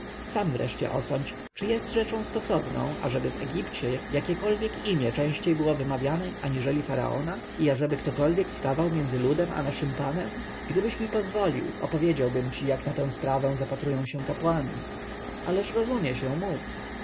sam wreszcie osądź czy jest rzeczą stosowną ażeby w egipcie jakiekolwiek imię częściej było wymawiane aniżeli faraona i ażeby ktokolwiek stawał między ludem a naszym panem gdybyś zaś pozwolił opowiedziałbym ci jak na tę sprawę zapatrują się kapłani ależ rozumie się mów